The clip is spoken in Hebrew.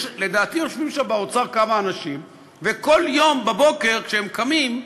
לדעתי יושבים שם באוצר כמה אנשים וכל יום בבוקר כשהם קמים,